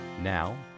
Now